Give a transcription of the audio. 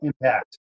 impact